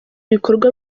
ibikorwa